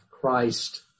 Christ